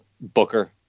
Booker